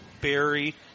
berry